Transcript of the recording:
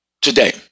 today